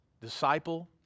disciple